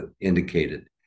indicated